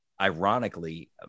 ironically